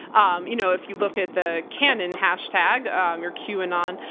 um you know if you look at the qanon hashtag, and or q anon,